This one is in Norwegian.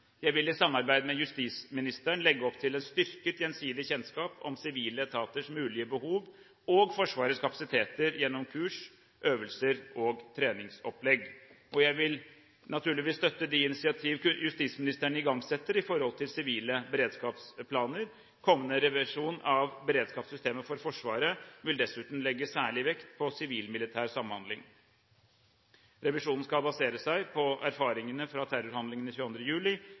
Jeg vil i samarbeid med justisministeren legge opp til en styrket, gjensidig kjennskap om sivile etaters mulige behov og Forsvarets kapasiteter gjennom kurs, øvelser og treningsopplegg. Jeg vil naturligvis støtte de initiativ justisministeren igangsetter i forhold til sivile beredskapsplaner. Kommende revisjon av Beredskapssystemet for Forsvaret vil dessuten legge særlig vekt på sivil-militær samhandling. Revisjonen skal basere seg på erfaringene fra terrorhandlingene 22. juli